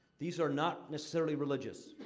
these are not necessarily religious.